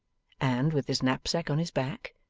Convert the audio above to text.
and, with his knapsack on his back,